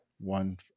one